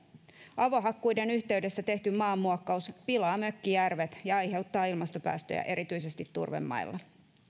avohakkuiden yhteydessä tehty maanmuokkaus pilaa mökkijärvet ja aiheuttaa ilmastopäästöjä erityisesti turvemailla